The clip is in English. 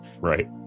Right